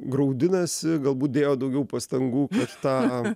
graudinasi galbūt dėjo daugiau pastangų tą